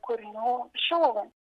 kūrinių šiluvai